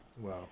Wow